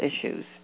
issues